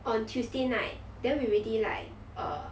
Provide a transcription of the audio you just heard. on tuesday night then we ready like err